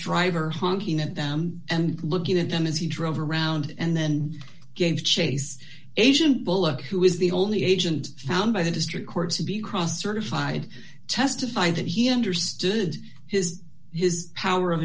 driver honking at them and looking at them as he drove around and then gave chase agent bullock who was the only agent found by the district court to be cross certified testified that he understood his his power of